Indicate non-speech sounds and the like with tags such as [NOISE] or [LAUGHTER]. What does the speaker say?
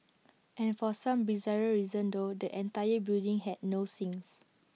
[NOISE] and for some bizarre reason though the entire building had no sinks [NOISE]